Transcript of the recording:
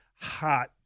hot